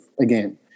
again